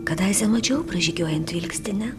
kadaise mačiau pražygiuojant vilkstinę